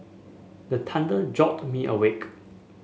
the thunder jolt me awake